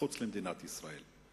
מחוץ למדינת ישראל.